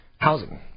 Housing